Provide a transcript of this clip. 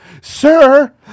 Sir